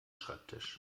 schreibtisch